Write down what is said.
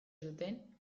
zuten